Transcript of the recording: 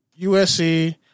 USC